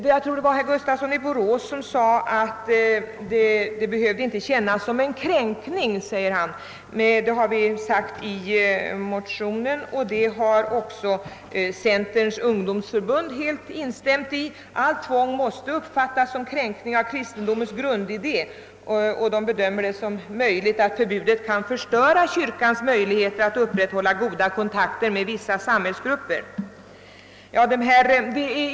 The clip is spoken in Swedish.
Jag tror att det var herr Gustafsson i Borås som sade att det inte behövde känmas som en kränkning. Vi har sagt i motionen, och det har Centerns ungdomsförbund helt instämt i, att »allt tvång måste uppfattas som kränkning av kristendomens grundidé» och bedömer det som möjligt att »förbudet kan förstöra kyrkans möjligheter att upprätthålla goda kontakter med vissa samhällsgrupper».